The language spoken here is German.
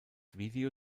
video